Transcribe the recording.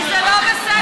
כי זה לא בסדר.